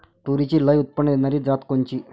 तूरीची लई उत्पन्न देणारी जात कोनची?